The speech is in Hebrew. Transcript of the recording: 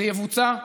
זה יבוצע.